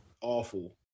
awful